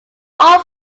all